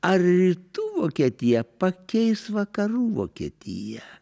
ar rytų vokietija pakeis vakarų vokietiją